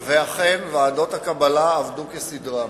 ואכן, ועדות הקבלה עבדו כסדרן,